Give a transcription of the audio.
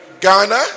Ghana